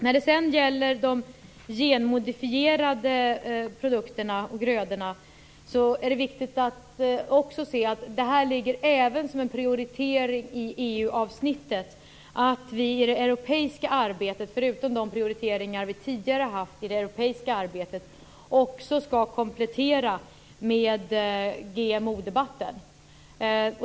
När det gäller de genmodifierade produkterna och grödorna är det viktigt att också se att det ligger som en prioritering även i EU-avsnittet att vi i det europeiska arbetet, förutom de prioriteringar vi tidigare haft i det europeiska arbetet, skall komplettera med GMO debatter.